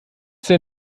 sehr